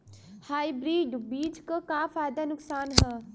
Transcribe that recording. Hybrid बीज क का फायदा नुकसान ह?